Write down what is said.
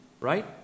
right